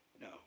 No